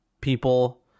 people